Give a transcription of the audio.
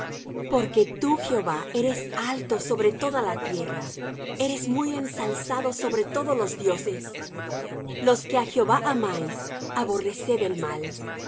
porque tú jehová eres alto sobre toda la tierra eres muy ensalzado sobre todos los dioses los que á jehová amáis aborreced el mal